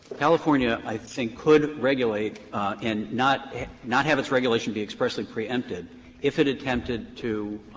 california i think could regulate and not not have its regulation be expressly preempted if it attempted to